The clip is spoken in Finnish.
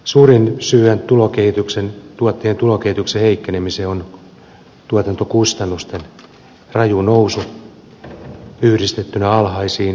suurin syyhän tuottajien tulokehityksen heikkenemiseen on tuotantokustannusten raju nousu yhdistettynä alhaisiin tuottajahintoihin